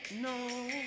no